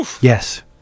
Yes